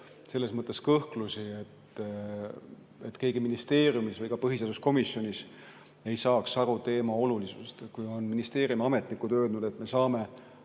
selles mõttes kõhklusi, et keegi ministeeriumis või põhiseaduskomisjonis ei saaks aru teema olulisusest. Kui ministeeriumi ametnikud on öelnud, et me saame